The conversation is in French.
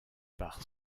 par